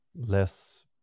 less